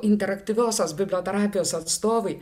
interaktyviosios bibliografijos atstovai